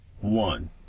one